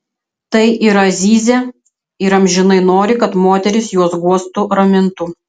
tai yra zyzia ir amžinai nori kad moterys juos guostų ramintų